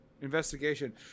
Investigation